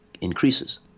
increases